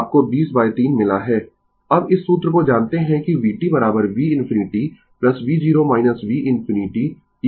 Refer Slide Time 0820 अब इस सूत्र को जानते है कि vt v infinity v0 v infinity e t t τ